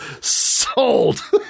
sold